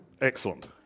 Excellent